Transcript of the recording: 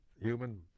human